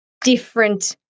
different